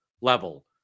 level